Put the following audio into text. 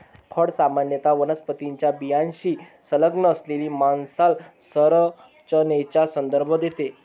फळ सामान्यत वनस्पतीच्या बियाण्याशी संलग्न असलेल्या मांसल संरचनेचा संदर्भ देते